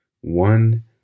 one